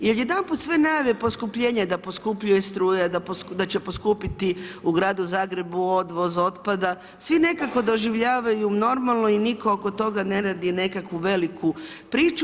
I odjedanput sve najave poskupljenja da poskupljuje struja, da će poskupiti u gradu Zagrebu odvoz otpada svi nekako doživljavaju normalno i nitko oko toga ne radi nekakvu veliku priču.